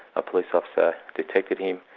a police officer detected him,